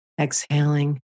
exhaling